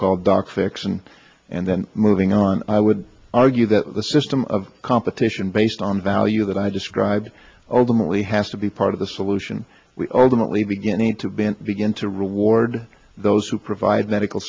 called doc fix and and then moving on i would argue that the system of competition based on value that i described obama really has to be part of the solution we ultimately beginning to been begin to reward those who provide medical